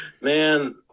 Man